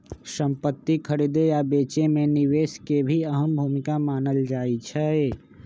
संपति खरीदे आ बेचे मे निवेश के भी अहम भूमिका मानल जाई छई